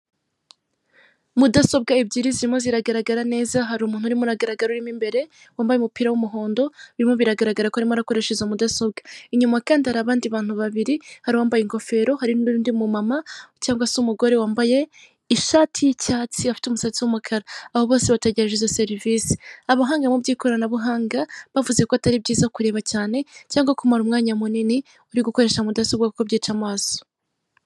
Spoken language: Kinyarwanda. Mudasobwa ebyiri zirimo ziragaragara neza hari umuntu urimo uragaragara urimo imbere, wambaye umupira w'umuhondo, birimo biragaragara ko arimo arakoresha izo mudasobwa, inyuma kandi hari abandi bantu babiri hari uwambaye ingofero, hari n'undi mumama cyangwa se umugore wambaye ishati y'icyatsi afite umusatsi w'umukara, abo bose bategereje izo serivisi. Abahanga mu iby'ikoranabuhanga bavuze ko atari byiza kureba cyane, cyangwa kumara umwanya munini uri gukoresha mudasobwa kuko byica amaso.